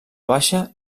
baixa